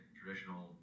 traditional